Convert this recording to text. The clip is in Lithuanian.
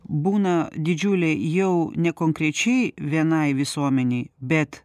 būna didžiuliai jau nekonkrečiai vienai visuomenei bet